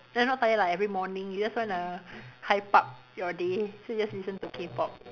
eh not tired lah every morning you just wanna hype up your day so you just listen to K-pop